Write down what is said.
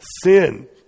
sin